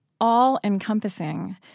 all-encompassing